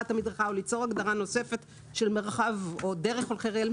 המדרכה או ליצור הגדרה נוספת של מרחב או דרך הולכי רגל,